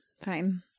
fine